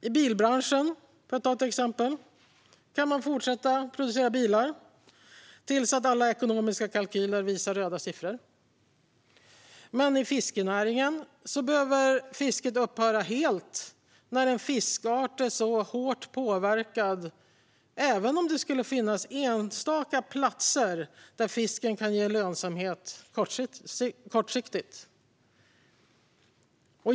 I bilbranschen, för att ta ett exempel, kan man fortsätta producera bilar tills alla ekonomiska kalkyler visar röda siffror. Men i fiskenäringen behöver fisket upphöra helt när en fiskart är hårt påverkad, även om det skulle finnas enstaka platser där fisket kan ge lönsamhet kortsiktigt.